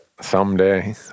someday